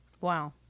Wow